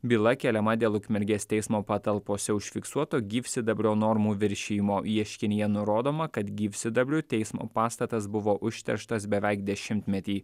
byla keliama dėl ukmergės teismo patalpose užfiksuoto gyvsidabrio normų viršijimo ieškinyje nurodoma kad gyvsidabriu teismo pastatas buvo užterštas beveik dešimtmetį